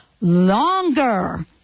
longer